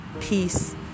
peace